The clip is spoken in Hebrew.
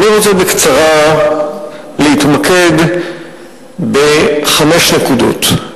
אני רוצה להתמקד בקצרה בחמש נקודות.